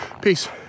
peace